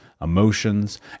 emotions